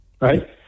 Right